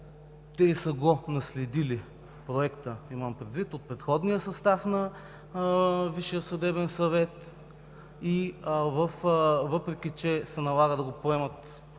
Те са го наследили, проекта имам предвид, от предходния състав на Висшия съдебен съвет и въпреки че се налага да го поемат,